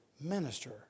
minister